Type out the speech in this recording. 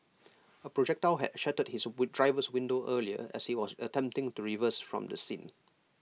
A projectile had shattered his driver's window earlier as he was attempting to reverse from the scene